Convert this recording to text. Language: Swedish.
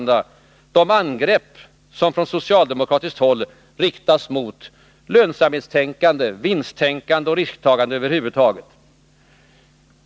De angrepp som från socialdemokratiskt håll riktas mot lönsamhetstänkande, vinsttänkande och risktagande över huvud taget verkar likaså negativt psykologiskt på investeringslust och framåtanda.